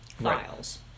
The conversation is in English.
files